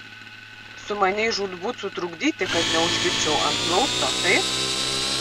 sumanei žūtbūt sutrukdyti kad neužlipčiau ant plausto taip